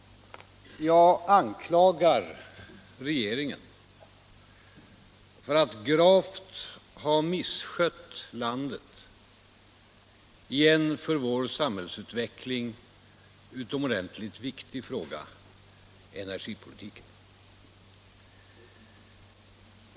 Jag anklagar regeringen för att gravt ha misskött landet i en för vår samhällsutveckling utomordentligt viktig fråga — energipolitiken.